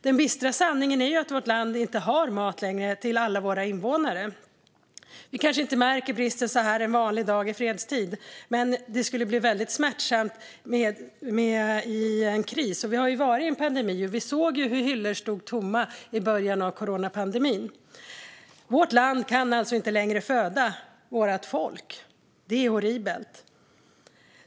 Den bistra sanningen är att vårt land inte längre har mat till alla sina invånare. Vi kanske inte märker bristen en vanlig dag i fredstid, men vi skulle bli smärtsamt medvetna vid en kris. Vi har ju varit i en pandemi, och vi såg hur hyllor stod tomma i början av coronapandemin. Vårt land kan inte längre föda sitt folk. Det är horribelt!